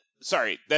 Sorry